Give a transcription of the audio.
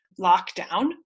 lockdown